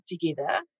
together